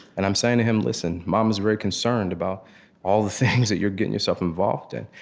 and i'm saying to him, listen, mama's very concerned about all the things that you're getting yourself involved in.